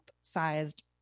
sized